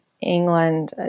England